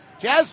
Jazz